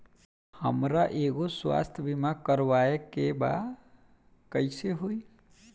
हमरा एगो स्वास्थ्य बीमा करवाए के बा कइसे होई?